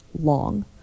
long